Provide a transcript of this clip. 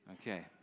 Okay